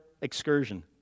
excursion